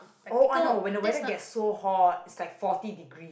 oh I know when the weather gets so hot it's like forty degrees